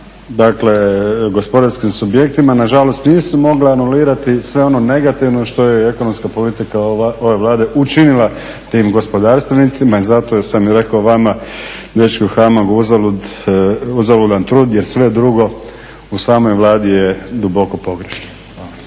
prema gospodarskim subjektima nažalost nisu mogle anulirati sve ono negativno što je ekonomska politika ove Vlade učinila tim gospodarstvenicima i zato sam rekao vam … u HAMAG-u uzaludan trud jer sve drugo u samoj Vladi je duboko pogrešno.